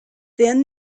then